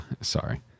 Sorry